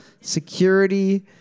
Security